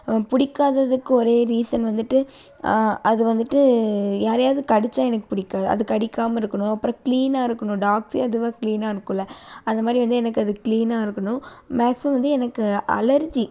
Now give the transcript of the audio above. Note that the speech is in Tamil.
பிடிக்காததுக்கு ஒரே ரீசன் வந்துட்டு அது வந்துட்டு யாரையாது கடிச்சால் எனக்கு பிடிக்காது அது கடிக்காமல் இருக்கணும் அப்புறம் க்ளீனாக இருக்கணும் டாக்ஸே அதுவாக க்ளீனாக இருக்கும்ல அந்தமாதிரி வந்து எனக்கு அது க்ளீனாக இருக்கணும் மேக்ஸிமம் வந்து எனக்கு அலர்ஜி